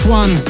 one